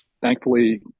thankfully